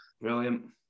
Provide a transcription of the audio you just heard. Brilliant